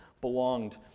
belonged